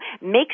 make